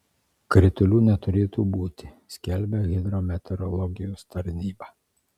kritulių neturėtų būti skelbia hidrometeorologijos tarnyba